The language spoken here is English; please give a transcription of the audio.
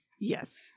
Yes